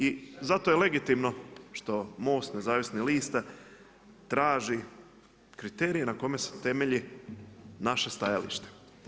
I zato je legitimno što MOST nezavisnih lista traži kriterije na kojima se temelji naše stajalište.